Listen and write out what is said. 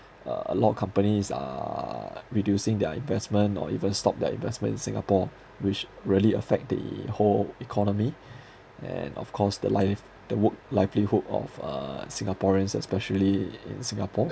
uh a lot of companies are reducing their investment or even stop their investment in singapore which really affect the whole economy and of course the liveli~ the work livelihood of uh singaporeans especially in singapore